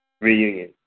reunion